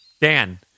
Dan